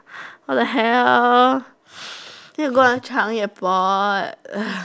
what the hell need to go until Changi Airport